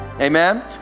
Amen